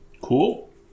cool